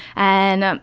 and,